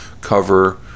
cover